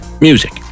music